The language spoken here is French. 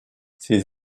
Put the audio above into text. ses